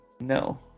No